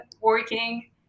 working